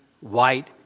White